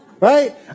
right